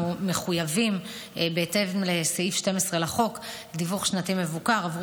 מחויבים להעביר בהתאם לסעיף 12 לחוק דיווח שנתי מבוקר עבור